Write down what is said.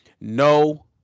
No